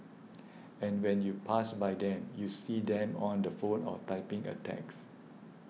and when you pass by them you see them on the phone or typing a text